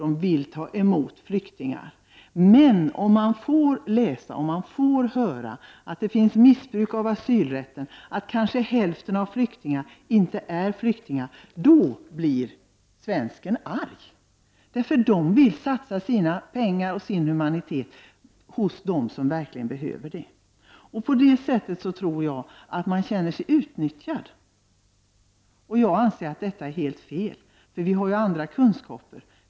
De vill ta emot flyktingar. Men om man får läsa och höra att det förekommer missbruk av asylrätten och att kanske hälften av dem som kallar sig flyktingar inte är flyktingar, blir svensken arg. Man vill satsa sina pengar och sin humanitet på dem som verkligen behöver det. Jag tror att man i annat fall känner sig utnyttjad. Jag anser att detta är helt fel, eftersom vi har andra kunskaper.